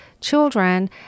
children